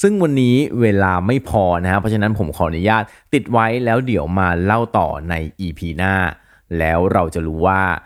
ซึ่งวันนี้เวลาไม่พอนะฮะ เพราะฉะนั้นผมขออนุญาตติดไว้แล้วเดี๋ยวมาเล่าต่อใน EP หน้า แล้วเราจะรู้ว่า